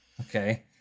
okay